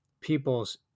people's